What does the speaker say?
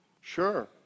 Sure